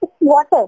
Water